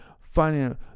finding